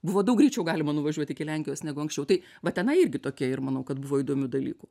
buvo daug greičiau galima nuvažiuot iki lenkijos negu anksčiau tai va tenai irgi tokia ir manau kad buvo įdomių dalykų